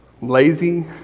lazy